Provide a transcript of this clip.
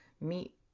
meet